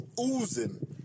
oozing